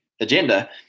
agenda